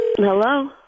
hello